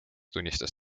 tunnistas